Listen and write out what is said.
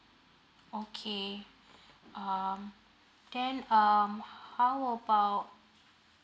okay um then um how about